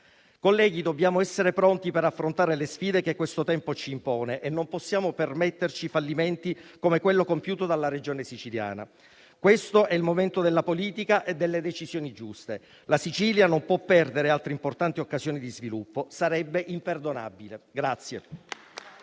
Colleghi, dobbiamo essere pronti per affrontare le sfide che questo tempo ci impone e non possiamo permetterci fallimenti come quello compiuto dalla Regione Siciliana. Questo è il momento della politica e delle decisioni giuste. La Sicilia non può perdere altre importanti occasioni di sviluppo: sarebbe imperdonabile.